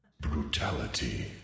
Brutality